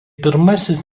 pirmasis